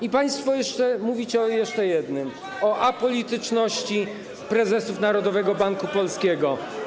I państwo jeszcze mówicie o jednym: o apolityczności prezesów Narodowego Banku Polskiego.